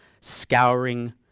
scouring